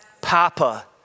Papa